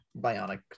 bionic